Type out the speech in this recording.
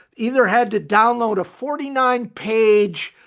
either had to download a forty nine page,